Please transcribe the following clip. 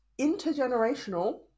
intergenerational